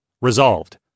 resolved